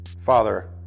Father